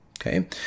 Okay